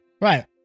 Right